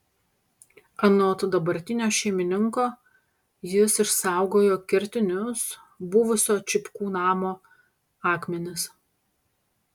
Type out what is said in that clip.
anot dabartinio šeimininko jis išsaugojo kertinius buvusio čipkų namo akmenis